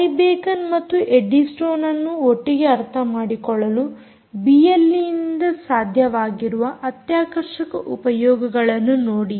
I ಬೇಕನ್ ಮತ್ತು ಎಡ್ಡಿ ಸ್ಟೋನ್ಅನ್ನು ಒಟ್ಟಿಗೆ ಅರ್ಥ ಮಾಡಿಕೊಳ್ಳಲು ಬಿಎಲ್ಈನಿಂದ ಸಾಧ್ಯವಿರುವ ಅತ್ಯಾಕರ್ಷಕ ಉಪಯೋಗಗಳನ್ನು ನೋಡಿ